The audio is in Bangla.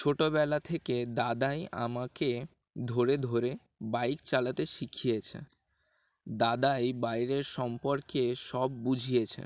ছোটোবেলা থেকে দাদাই আমাকে ধরে ধরে বাইক চালাতে শিখিয়েছে দাদাই বাইরের সম্পর্কে সব বুঝিয়েছে